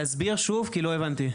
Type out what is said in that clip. תסביר שוב, כי לא הבנתי.